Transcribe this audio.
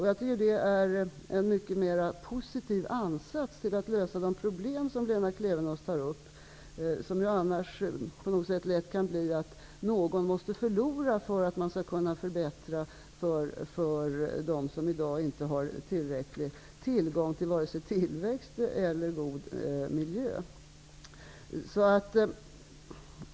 Jag tycker att det är en mycket mer positiv ansats till att lösa de problem som Lena Klevenås tar upp. Annars kan det på något sätt lätt bli att någon måste förlora för att man skall kunna förbättra för dem som i dag inte har tillräcklig tillgång till vare sig tillväxt eller god miljö.